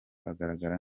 agaragara